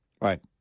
Right